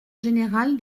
général